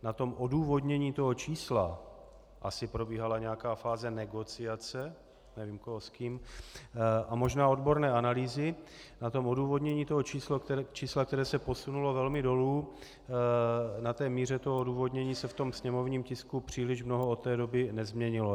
Na tom odůvodnění toho čísla, asi probíhala nějaká fáze negociace, nevím, koho s kým, a možná odborné analýzy, na tom odůvodnění toho čísla, které se posunulo velmi dolů, na té míře odůvodnění se v tom sněmovním tisku příliš mnoho od té doby nezměnilo.